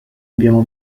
abbiamo